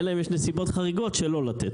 אלא אם יש נסיבות חריגות שלא לתת.